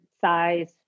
size